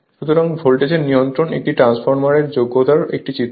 সুতরাং ভোল্টেজ নিয়ন্ত্রণ একটি ট্রান্সফরমারের যোগ্যতার একটি চিত্র